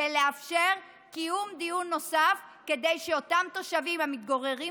ולאפשר קיום דיון נוסף כדי שאותם תושבים המתגוררים